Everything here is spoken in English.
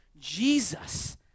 Jesus